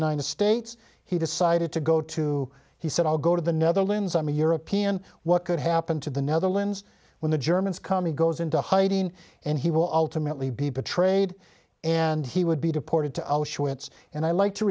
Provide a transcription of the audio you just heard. united states he decided to go to he said i'll go to the netherlands i'm a european what could happen to the netherlands when the germans coming goes into hiding and he will ultimately be betrayed and he would be deported to auschwitz and i like to